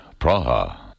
Praha